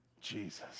Jesus